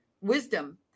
wisdom